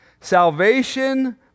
Salvation